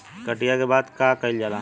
कटिया के बाद का कइल जाला?